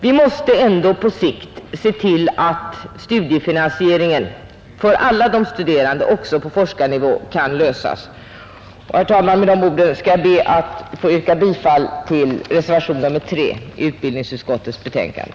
Vi måste på sikt se till att frågan om studiefinansieringen för alla de studerande, också på forskarnivån, kan lösas. Med dessa ord ber jag att få yrka bifall till reservationen 3.